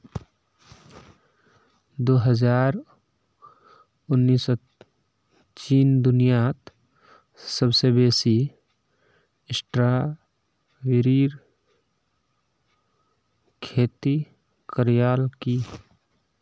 दो हजार उन्नीसत चीन दुनियात सबसे बेसी स्ट्रॉबेरीर खेती करयालकी